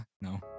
no